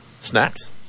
Snacks